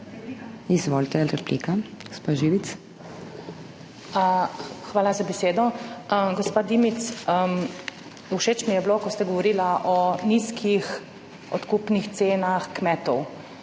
Svoboda):** Hvala za besedo. Gospa Dimic, všeč mi je bilo, ko ste govorili o nizkih odkupnih cenah kmetov.